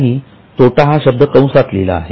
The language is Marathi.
त्यांनी तोटा हा शब्द कंसात लिहिला आहे